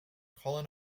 colin